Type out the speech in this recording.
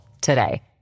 today